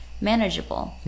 manageable